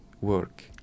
work